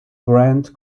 grant